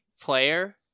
player